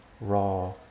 raw